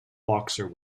boxer